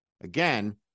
Again